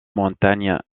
montagne